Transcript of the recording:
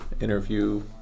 interview